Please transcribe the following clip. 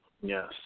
Yes